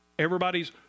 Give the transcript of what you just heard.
Everybody's